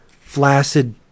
flaccid